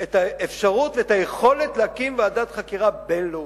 את האפשרות והיכולת להקים ועדת חקירה בין-לאומית.